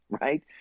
right